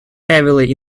heavily